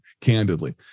candidly